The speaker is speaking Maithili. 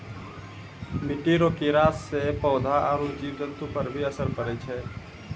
मिट्टी रो कीड़े से पौधा आरु जीव जन्तु पर भी असर पड़ै छै